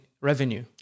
revenue